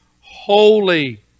holy